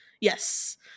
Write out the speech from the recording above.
Yes